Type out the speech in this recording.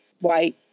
White